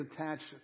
attached